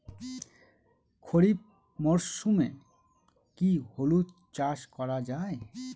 খরিফ মরশুমে কি হলুদ চাস করা য়ায়?